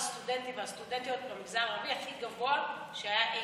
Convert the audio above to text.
הסטודנטים והסטודנטיות במגזר הערבי הוא הכי גבוה שהיה אי-פעם.